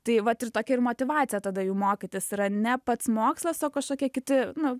tai vat ir tokia ir motyvacija tada jų mokytis yra ne pats mokslas o kažkokie kiti nu